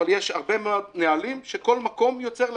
אבל יש הרבה מאוד נהלים שכל מקום יוצר לעצמו.